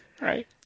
right